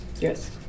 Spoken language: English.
yes